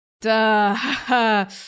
Duh